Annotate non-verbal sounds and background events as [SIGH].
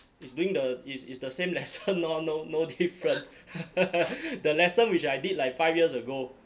is doing the is is the same lesson orh no no different [LAUGHS] the lesson which I did like five years ago